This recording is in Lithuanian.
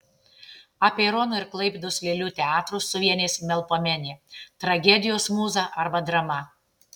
apeirono ir klaipėdos lėlių teatrus suvienys melpomenė tragedijos mūza arba drama